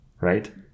Right